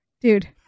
dude